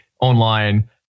online